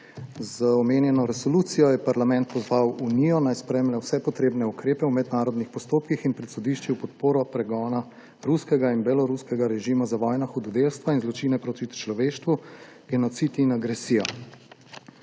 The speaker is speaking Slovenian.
Z omenjeno resolucijo je Parlament pozval Unijo, naj spremlja vse potrebne ukrepe v mednarodnih postopkih in pred sodišči v podporo pregona ruskega in beloruskega režima za vojna hudodelstva in zločine proti človeštvu, genocid in agresijo.